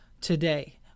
today